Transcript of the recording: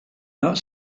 that